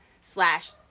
slash